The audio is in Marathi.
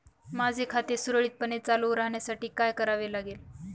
माझे खाते सुरळीतपणे चालू राहण्यासाठी काय करावे लागेल?